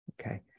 okay